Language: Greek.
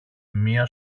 μια